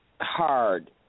Hard